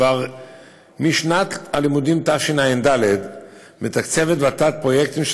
כבר משנת הלימודים תשע"ד מתקצבת ות"ת פרויקטים של